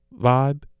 vibe